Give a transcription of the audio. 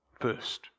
First